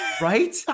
Right